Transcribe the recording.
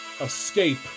escape